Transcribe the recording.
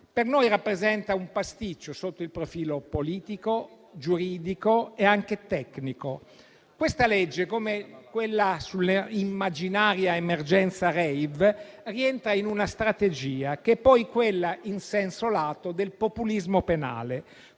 Per noi rappresenta un pasticcio sotto il profilo politico, giuridico e anche tecnico: questa legge, come quella sull'immaginaria emergenza *rave*, rientra in una strategia che è poi quella in senso lato del populismo penale.